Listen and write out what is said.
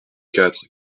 quatre